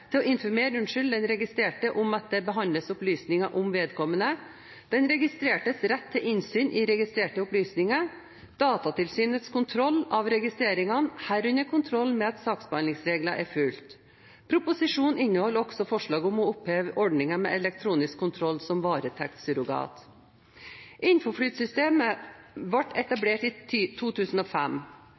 om at det behandles opplysninger om vedkommende den registrertes rett til innsyn i registrerte opplysninger Datatilsynets kontroll av registreringen, herunder kontroll med at saksbehandlingsregler er fulgt Proposisjonen inneholder også forslag om å oppheve ordningen med elektronisk kontroll som varetektssurrogat. Infoflyt-systemet ble etablert i 2005.